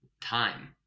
time